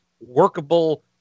workable